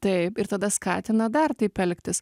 taip ir tada skatina dar taip elgtis